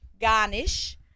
garnish